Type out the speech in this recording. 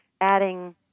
adding